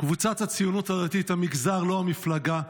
קבוצת הציונות הדתית, המגזר, לא המפלגה,